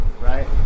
right